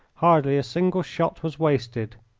hardly a single shot was wasted,